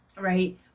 right